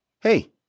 hey